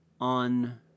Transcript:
on